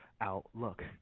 outlook